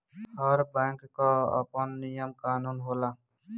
हर bank कअ आपन नियम कानून होला